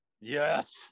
Yes